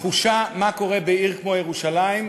תחושה מה קורה בעיר כמו ירושלים,